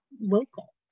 local